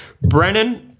Brennan